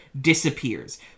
disappears